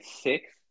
six